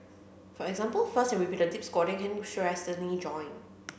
for example fast and repeated deep squatting can stress the knee joint